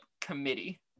committee